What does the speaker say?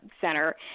center